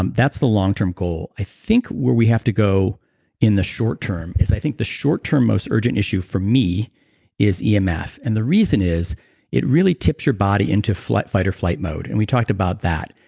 um that's the long-term goal. i think where we have to go in the short-term is i think the short-term most urgent issue for me is yeah emf. and the reason is it really tips your body into fight-or-flight mode. and we talked about that.